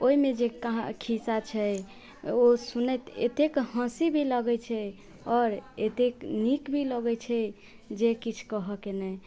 ओहिमे जे कहा खिस्सा छै ओ सुनैत एतेक हँसी भी लगै छै आओर एतेक नीक भी लगै छै जे किछु कहऽ के नहि